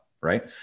Right